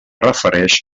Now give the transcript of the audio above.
refereix